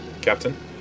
Captain